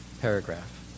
paragraph